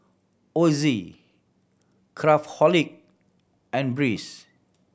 Ozi Craftholic and Breeze